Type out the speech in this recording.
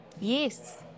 Yes